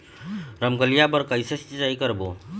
रमकलिया बर कइसे सिचाई करबो?